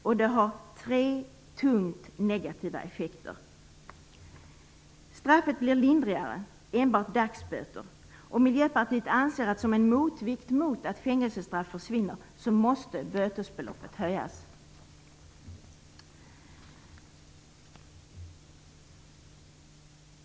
Detta har tre tunga negativa effekter. Straffet blir lindrigare, enbart dagsböter. Miljöpartiet anser att som en motvikt mot att fängelsestraff försvinner måste bötesbeloppet höjas.